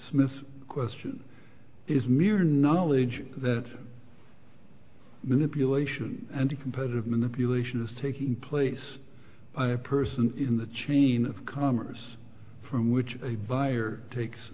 smith's question is mere knowledge that manipulation and competitive manipulation is taking place by a person in the chain of commerce from which a buyer takes